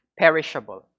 perishable